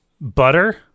butter